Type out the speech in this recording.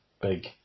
big